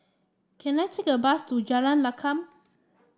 can I take a bus to Jalan Lakum